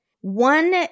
One